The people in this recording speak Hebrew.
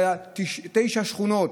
אלא לתשע שכונות,